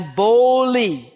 boldly